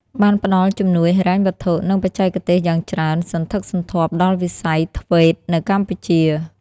ខាងក្រោមនេះគឺជាតួនាទីសំខាន់ៗរបស់អង្គការក្រៅរដ្ឋាភិបាល និងជំនួយអន្តរជាតិក្នុងវិស័យ ធ្វេត TVET។